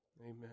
amen